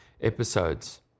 episodes